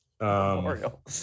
Memorial